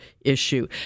issue